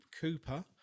Cooper